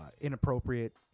inappropriate